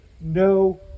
no